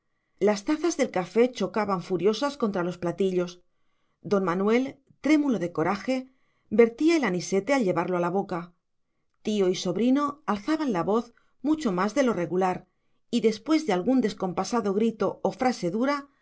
las tazas del café chocaban furiosas contra los platillos don manuel trémulo de coraje vertía el anisete al llevarlo a la boca tío y sobrino alzaban la voz mucho más de lo regular y después de algún descompasado grito o frase dura